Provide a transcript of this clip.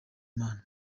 imana